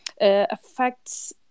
affects